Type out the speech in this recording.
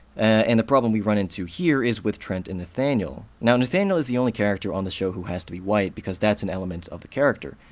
and the problem we run into here is with trent and nathaniel. now, nathaniel is the only character on the show who has to be white, because that's an element of the character.